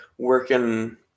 working